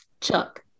Chuck